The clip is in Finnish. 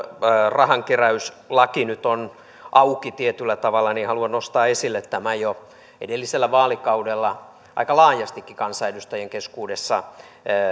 rahankeräyslaki nyt on tietyllä tavalla auki niin haluan nostaa esille tämän jo edellisellä vaalikaudella aika laajastikin kansanedustajien keskuudessa